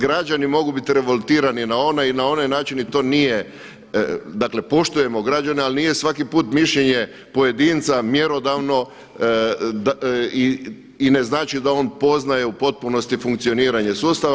Građani mogu biti revoltirani na ovaj ili na onaj način i to nije, dakle poštujemo građane ali nije svaki put mišljenje pojedinca mjerodavno i ne znači da on poznaje u potpunosti funkcioniranje sustava.